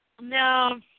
No